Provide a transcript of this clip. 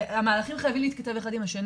והמהלכים חייבים להתכתב אחד עם שני,